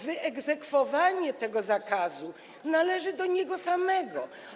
Wyegzekwowanie tego zakazu należy jednak do niego samego.